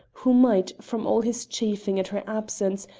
who might, from all his chafing at her absence,